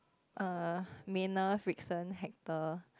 err Manners Frickson Hector